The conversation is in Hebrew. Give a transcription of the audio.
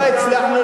לא הצלחנו,